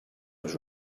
was